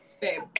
babe